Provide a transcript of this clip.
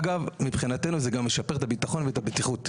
אגב, מבחינתנו, זה גם משפר את הביטחון והבטיחות.